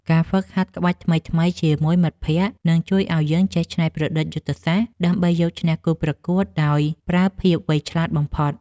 ការហ្វឹកហាត់ក្បាច់ថ្មីៗជាមួយមិត្តភក្តិជួយឱ្យយើងចេះច្នៃប្រឌិតយុទ្ធសាស្ត្រ ដើម្បីយកឈ្នះគូប្រកួតដោយប្រើភាពវៃឆ្លាតបំផុត។